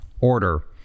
order